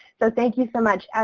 so thank you so much.